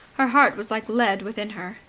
her heart was like lead within her.